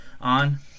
on